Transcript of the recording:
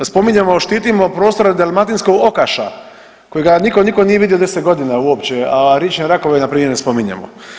Spominjemo, štitimo prostore dalmatinskog okaša kojega niko nikad nije vidio 10 godina uopće, a riječne rakove npr. ne spominjemo.